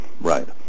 right